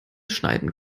schneiden